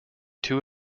two